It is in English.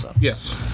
Yes